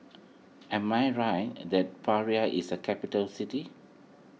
am I right and that Praia is a capital city